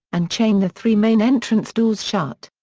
and chained the three main entrance doors shut.